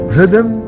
Rhythm